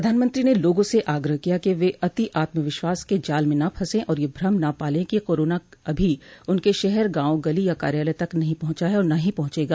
प्रधानमंत्री ने लोगा से आग्रह किया कि वे अति आत्म विश्वास के जाल में न फंसें और यह भ्रम न पालें कि कोरोना अभी उनके शहर गांव गली या कार्यालय तक नहीं पहुंचा है और न ही पहुंचेगा